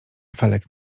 felek